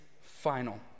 final